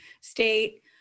state